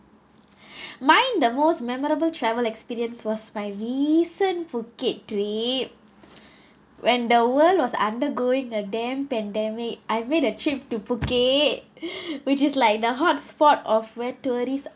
mine the most memorable travel experience was by recent phuket trip when the world was undergoing a damn pandemic I've made a trip to phuket which is like the hot spot of where tourists